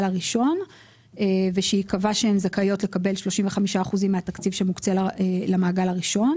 הראשון ושייקבע שהן זכאיות לקבל 35 אחוזים מהתקציב שמוקצה למעגל הראשון.